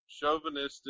chauvinistic